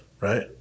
right